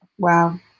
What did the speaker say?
Wow